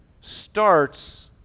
starts